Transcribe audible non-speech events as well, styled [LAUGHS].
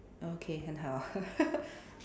okay 很好 [LAUGHS]